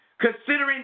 considering